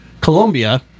Colombia